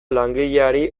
langileari